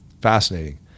fascinating